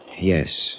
Yes